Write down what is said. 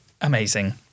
amazing